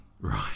Right